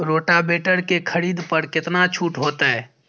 Rotavator के खरीद पर केतना छूट होते?